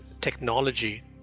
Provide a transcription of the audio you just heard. technology